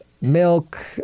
milk